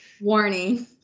warning